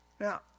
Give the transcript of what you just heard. now